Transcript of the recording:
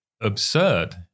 absurd